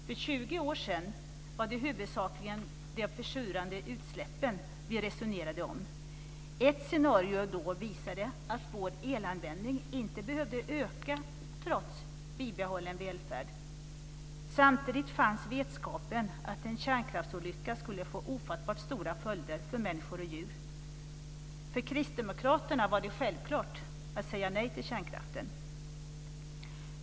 För 20 år sedan var det huvudsakligen de försurande utsläppen vi resonerade om. Ett scenario då visade att vår elanvändning inte behövde öka trots bibehållen välfärd. Samtidigt fanns vetskapen om att en kärnkraftsolycka skulle få ofattbart stora följder för människor och djur. För Kristdemokraterna var det självklart att säga nej till kärnkraften.